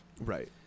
Right